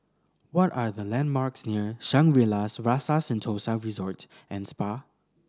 what are the landmarks near Shangri La's Rasa Sentosa Resort and Spa